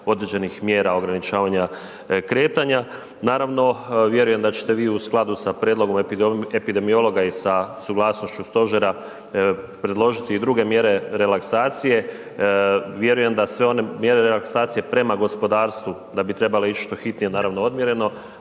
određenih mjera ograničavanja kretanja. Naravno, vjerujem da ćete vi u skladu s prijedlogom epidemiologa i sa suglasnošću stožera predložiti i druge mjere relaksacije. Vjerujem da sve one mjere relaksacije prema gospodarstvu da bi trebale ići što hitnije naravno odmjereno,